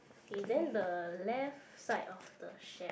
okay then the left side of the shed